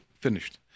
Finished